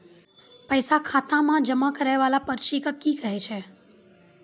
पैसा खाता मे जमा करैय वाला पर्ची के की कहेय छै?